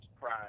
pride